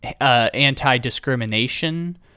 anti-discrimination